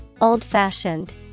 Old-fashioned